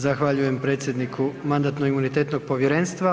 Zahvaljujem predsjedniku Mandatno-imunitetno povjerenstva.